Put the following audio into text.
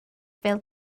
fel